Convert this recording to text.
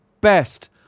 best